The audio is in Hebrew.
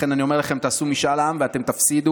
לכן אני אומר לכם, תעשו משאל עם ואתם תפסידו.